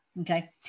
Okay